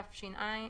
התש"ע